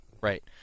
Right